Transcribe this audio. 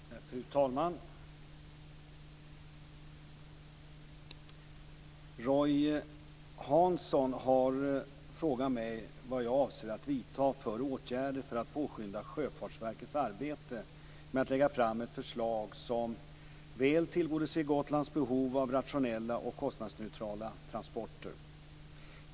Fru talman! Roy Hansson har frågat mig vad jag avser att vidta för åtgärder för att påskynda Sjöfartsverkets arbete med att lägga fram ett förslag som väl tillgodoser Gotlands behov av rationella och kostnadsneutrala transporter.